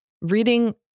Reading